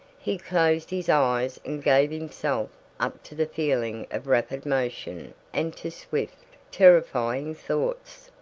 he closed his eyes and gave himself up to the feeling of rapid motion and to swift, terrifying thoughts.